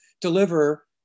deliver